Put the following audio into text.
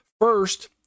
first